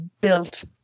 built